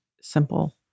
simple